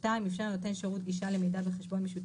איפשר לנותן שירות גישה למידע בחשבון משוף